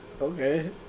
Okay